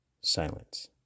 silence